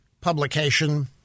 publication